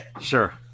Sure